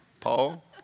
Paul